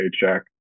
paycheck